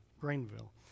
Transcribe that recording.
Greenville